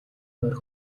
морь